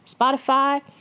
Spotify